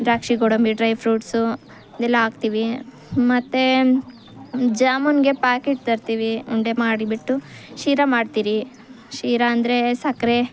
ದ್ರಾಕ್ಷಿ ಗೋಡಂಬಿ dry fruits ಎಲ್ಲ ಹಾಕ್ತೀವಿ ಮತ್ತೆ ಜಾಮೂನ್ಗೆ ಪ್ಯಾಕೆಟ್ ತರ್ತೀವಿ ಉಂಡೆ ಮಾಡಿಬಿಟ್ಟು ಶೀರ ಮಾಡ್ತಿವಿ ಶೀರ ಅಂದರೆ ಸಕ್ಕರೆ